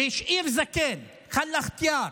והשאיר זקן (אומר בערבית: השאיר זקן.